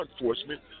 enforcement